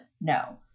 No